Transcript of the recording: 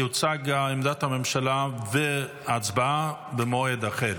תוצג עמדת הממשלה ותהיה ההצבעה במועד אחר.